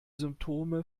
symptome